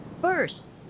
first